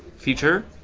feature,